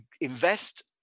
invest